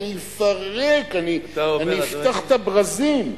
אני אפרק, אני אפתח את הברזים.